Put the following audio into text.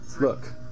look